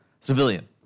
civilian